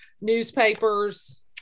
newspapers